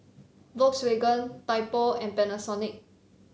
Volkswagen Typo and Panasonic